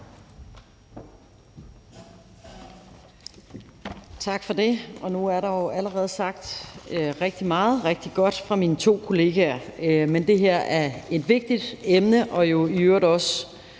Tak for det. Nu er der jo allerede sagt rigtig meget rigtig godt fra mine to kollegaer, men det her er et vigtigt emne og jo i øvrigt også